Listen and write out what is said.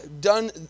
done